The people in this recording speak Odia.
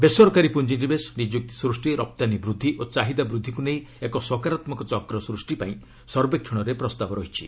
ବେସରକାରୀ ପୁଞ୍ଜିନିବେଶ ନିଯୁକ୍ତି ସୃଷ୍ଟି ରପ୍ତାନୀ ବୃଦ୍ଧି ଓ ଚାହିଦା ବୃଦ୍ଧିକୁ ନେଇ ଏକ ସକାରାତ୍ମକ ଚକ୍ର ସୃଷ୍ଟିପାଇଁ ସର୍ବେକ୍ଷଣରେ ପ୍ରସ୍ତାବ ରହିଛି